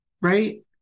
right